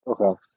Okay